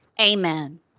Amen